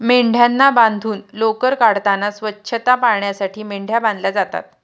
मेंढ्यांना बांधून लोकर काढताना स्वच्छता पाळण्यासाठी मेंढ्या बांधल्या जातात